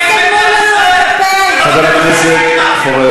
אז מותר לו להכפיש את המדינה?